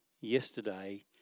yesterday